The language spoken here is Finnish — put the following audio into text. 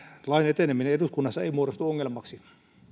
lain eteneminen eduskunnassa ei muodostu ongelmaksi